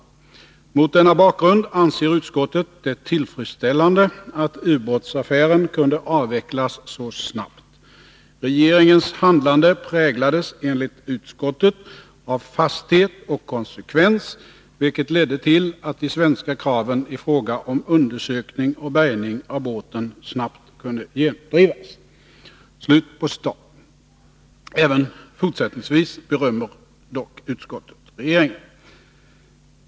Mot denna bakgrund anser utskottet det tillfredsställande att ubåtsaffären kunde avvecklas så snabbt. Regeringens handlande präglades enligt utskottet av fasthet och konsekvens vilket ledde till att de svenska kraven i fråga om undersökning och bärgning av ubåten snabbt kunde genomdrivas.” Även fortsättningsvis berömmer utskottet regeringen.